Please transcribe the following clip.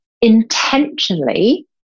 intentionally